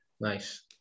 Nice